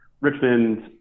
Richmond